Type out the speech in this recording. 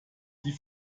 die